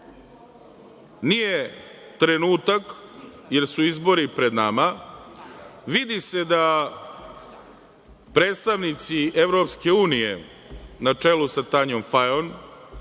Nije trenutak, jer su izbori pred nama, vidi se da predstavnici EU, na čelu sa Tanjom Fajon,